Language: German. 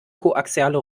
koaxiale